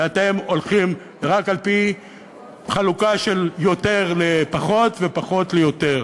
ואתם הולכים רק על-פי חלוקה של יותר לפחות ופחות ליותר.